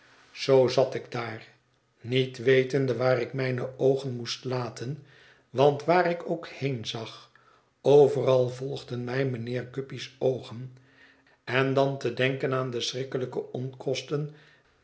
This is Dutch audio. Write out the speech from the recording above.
zoo zat ik daar niet wetende waar ik mijne oogen moest laten want waar ik ook heenzag overal volgden mij mijnheer guppy's oogen en dan te denken aan de schrikkelijke onkosten